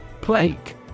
Plague